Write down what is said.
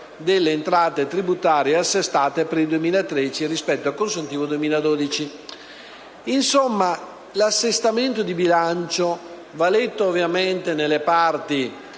Insomma, l'assestamento di bilancio va letto non solo, ovviamente, nelle parti